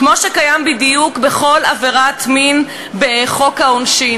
כמו שקיים בדיוק בכל עבירת מין בחוק העונשין,